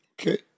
okay